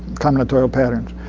combinatorial patterns.